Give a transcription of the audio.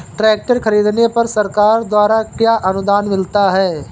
Tractor खरीदने पर सरकार द्वारा क्या अनुदान मिलता है?